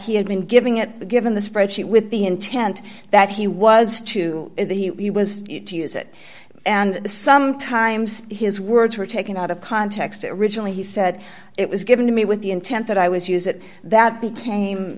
he had been giving it but given the spreadsheet with the intent that he was to it he was to use it and sometimes his words were taken out of context originally he said it was given to me with the intent that i was use it that became